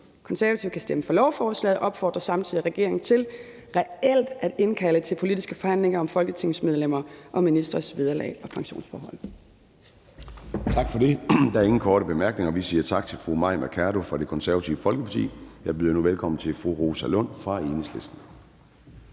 Konservative kan stemme for lovforslaget og opfordrer samtidig regeringen til reelt at indkalde til politiske forhandlinger om folketingsmedlemmers og ministres vederlags- og pensionsforhold.